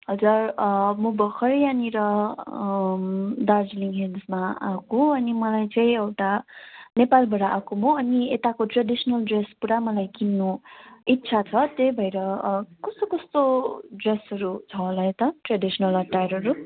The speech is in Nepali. हजुर म भर्खरै यहाँनिर दार्जिलिङ हिल्समा आएको अनि मलाई चाहिँ एउटा नेपालबाटएको म अनि यताको ट्रेडिसनल ड्रेस पुरा मलाई किन्नु इच्छा छ त्यही भएर कस्तो कस्तो ड्रेसहरू छ होला यता ट्रेडिसनेल एटायरहरू